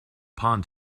pond